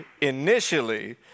initially